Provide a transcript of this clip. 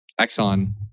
Exxon